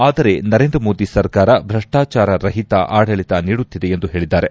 ಆದರೆ ನರೇಂದ್ರ ಮೋದಿ ಸರ್ಕಾರ ಭ್ರಷ್ಲಾಚಾರರಹಿತ ಆಡಳಿತ ನೀಡುತ್ತಿದೆ ಎಂದು ಹೇಳಿದ್ದಾರೆ